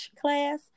class